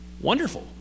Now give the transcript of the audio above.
Wonderful